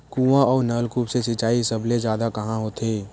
कुआं अउ नलकूप से सिंचाई सबले जादा कहां होथे?